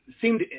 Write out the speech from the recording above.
seemed